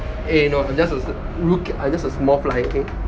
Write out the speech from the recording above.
eh no I just a ro~ I'm just a small fly okay